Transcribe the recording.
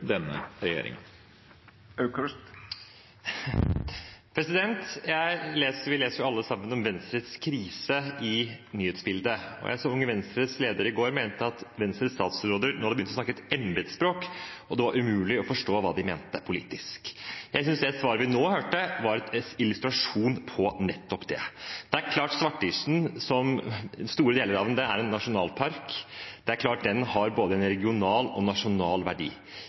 denne regjeringen. Vi leser alle i nyhetsbildet om Venstres krise. I går så jeg at Unge Venstres leder mente at Venstres statsråder nå hadde begynt å snakke et embetsspråk, og at det var umulig å forstå hva de mente politisk. Jeg synes det svaret vi nå hørte, var en illustrasjon på nettopp det. Store deler av Svartisen er nasjonalpark, og den har både en regional og en nasjonal verdi.